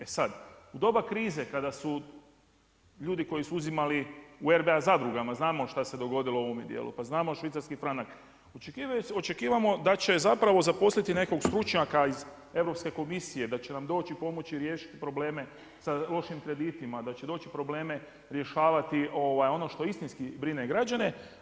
E sad, u doba krize kada su ljudi koji su uzimali u RBA zadrugama znamo šta se dogodilo u ovome dijelu, pa znamo švicarski franak, očekivamo da će zapravo zaposliti nekog stručnjaka iz Europske komisije, da će nam doći pomoći riješiti probleme sa lošim kreditima, da će doći probleme rješavati ono što istinski brine građane.